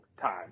time